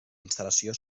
instal·lació